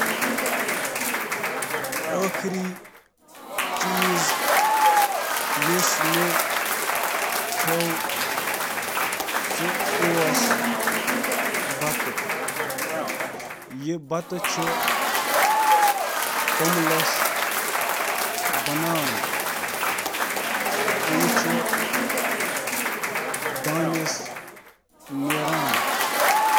ٲخری چیز یُس مےٚ کھیٚو سُہ اوس اکھ کھیٚن یُس مختلف اجزاء سۭتۍ بنیومُت اوس، بشمول سبزی، پروٹین، تہٕ کاربوہائیڈریٹ: